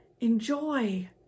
enjoy